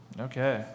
Okay